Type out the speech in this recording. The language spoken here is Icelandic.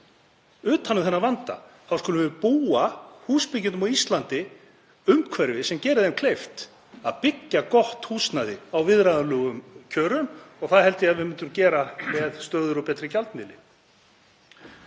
utan um þennan vanda skulum við búa húsbyggjendum á Íslandi umhverfi sem gerir þeim kleift að byggja gott húsnæði á viðráðanlegum kjörum. Það held ég að við myndum gera með stöðugri og betri gjaldmiðli.